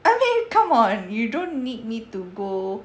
I mean come on you don't need me to go